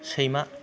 सैमा